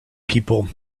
people